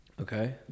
Okay